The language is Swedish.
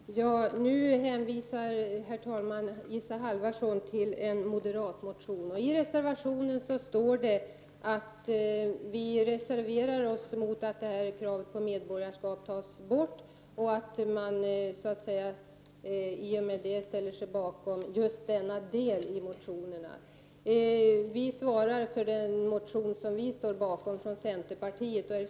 Herr talman! Nu hänvisar Isa Halvarsson till en moderat motion. I reservationen står att man reserverar sig mot att kravet på medborgarskapet tas bort och att man nu med detta ställer sig bakom just denna del av motionerna. Vi svarar för den motion som vi står bakom ifrån centern.